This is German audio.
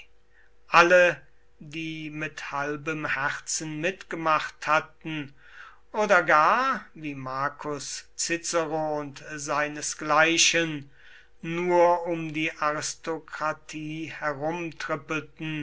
alle die mit halbem herzen mitgemacht hatten oder gar wie marcus cicero und seinesgleichen nur um die aristokratie herumtrippelten